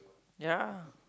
ya